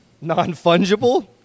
Non-fungible